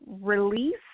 release